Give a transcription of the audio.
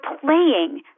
playing